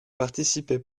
participer